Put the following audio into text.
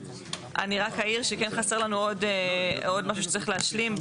אני רק אעיר שכן חסר לנו עוד משהו שצריך להשלים.